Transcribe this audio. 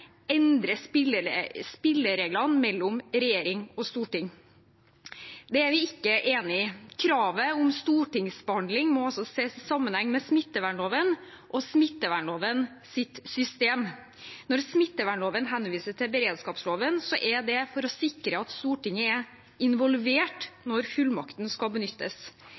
er vi ikke enig i. Kravet om stortingsbehandling må ses i sammenheng med smittevernloven og smittevernlovens system. Når smittevernloven henviser til beredskapsloven, er det for å sikre at Stortinget er involvert når fullmakten skal benyttes.